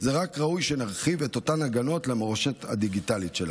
רק ראוי שנרחיב את אותן הגנות למורשת הדיגיטלית שלנו.